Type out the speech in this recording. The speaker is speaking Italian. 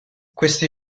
questi